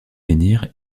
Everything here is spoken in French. menhirs